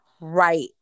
right